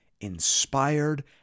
inspired